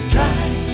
Drive